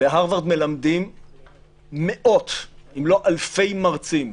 בהרווארד מלמדים מאות אם לא אלפי מרצים.